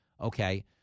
Okay